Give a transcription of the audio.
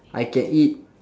I can eat